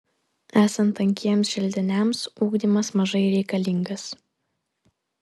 esant tankiems želdiniams ugdymas mažai reikalingas